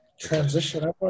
transition